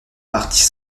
partie